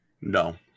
No